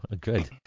good